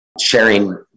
sharing